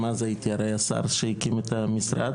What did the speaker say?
גם אז הייתי השר שהקים את המשרד,